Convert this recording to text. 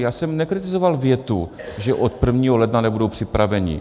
Já jsem nekritizoval větu, že od 1. ledna nebudou připraveni.